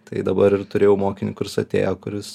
tai dabar ir turėjau mokinį kuris atėjo kuris